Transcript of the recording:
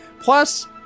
Plus